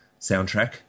soundtrack